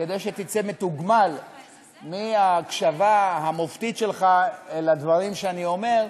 כדי שתצא מתוגמל מההקשבה המופתית שלך לדברים שאני אומר,